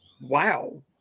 Wow